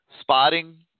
spotting